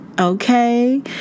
Okay